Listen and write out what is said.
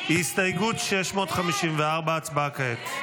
הסתייגות 654. הצבעה כעת.